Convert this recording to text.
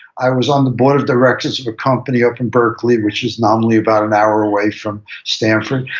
i was on the board of directors of a company up in berkeley, which is normally about an hour away from stanford,